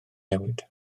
newid